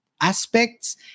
aspects